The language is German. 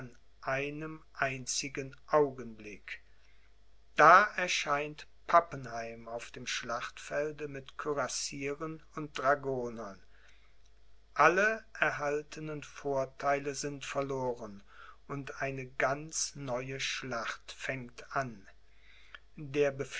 einem einzigen augenblick da erscheint pappenheim auf dem schlachtfelde mit kürassieren und dragonern alle erhaltenen vortheile sind verloren und eine ganz neue schlacht fängt an